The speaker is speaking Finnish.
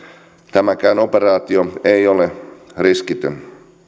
tämäkään operaatio ei ole riskitön